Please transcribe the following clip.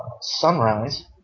sunrise